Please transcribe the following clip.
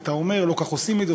ואתה אומר: לא כך עושים את זה,